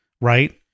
right